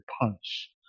Punch